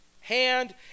hand